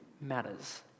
matters